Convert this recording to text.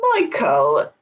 Michael